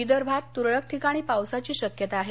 विदर्भात तुरळक ठिकाणी पावसाची शक्यता आहे